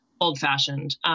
old-fashioned